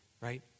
Right